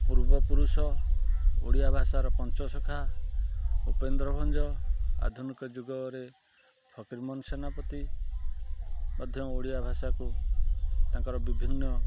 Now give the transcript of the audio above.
ପୂର୍ବ ପୁରୁଷ ଓଡ଼ିଆ ଭାଷାର ପଞ୍ଚସଖା ଉପେନ୍ଦ୍ର ଭଞ୍ଜ ଆଧୁନିକ ଯୁଗରେ ଫକୀର ମୋହନ ସେନାପତି ମଧ୍ୟ ଓଡ଼ିଆ ଭାଷାକୁ ତାଙ୍କର ବିଭିନ୍ନ